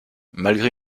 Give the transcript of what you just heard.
malgré